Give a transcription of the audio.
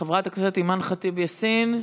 חברת הכנסת אימאן ח'טיב יאסין,